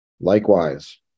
Likewise